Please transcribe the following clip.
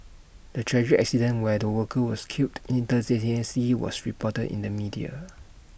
the tragic accident where the worker was killed instantaneously was reported in the media